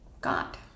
God